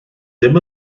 ddim